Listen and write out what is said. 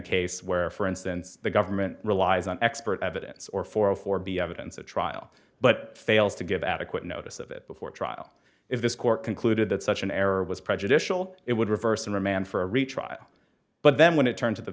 case where for instance the government relies on expert evidence or for for be evidence at trial but fails to give adequate notice of it before trial if this court concluded that such an error was prejudicial it would reverse the remand for a retrial but then when it turns